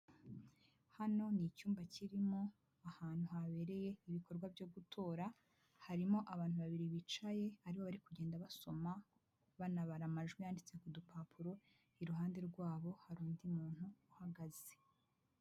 Hano ni icyumba kirimo ahantu habereye ibikorwa byo gutora, harimo abantu babiri bicaye aribo bari kugenda basoma banabara amajwi yanditse ku dupapuro, iruhande rwabo hari undi muntu uhagaze.